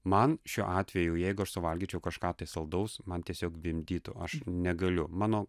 man šiuo atveju jeigu aš suvalgyčiau kažką tai saldaus man tiesiog vimdytų aš negaliu mano